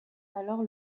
alors